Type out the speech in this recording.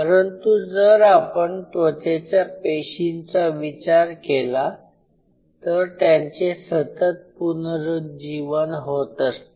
परंतु जर आपण त्वचेच्या पेशींचा विचार केला तर त्यांचे सतत पुनरूज्जीवन होत असते